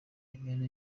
nimero